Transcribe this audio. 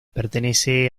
pertenece